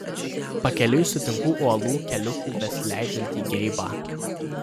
pakeliui sutinku uolų keliuku besileidžiantį geibą